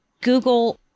Google